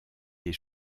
des